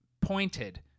pointed